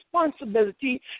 responsibility